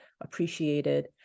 appreciated